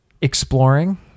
exploring